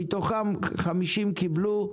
מתוכם 50 קיבלו,